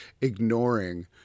ignoring